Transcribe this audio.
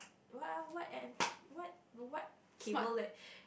what ah what ah what what cable like